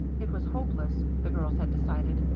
it was hopeless, the girls had decided,